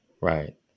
right